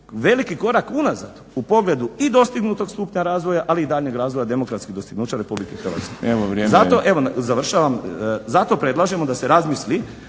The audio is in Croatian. veliki korak unazad u pogledu i dostignutog stupnja razvoja, ali i daljnjeg razvoja demokratskih dostignuća Republike Hrvatske. … /Upadica: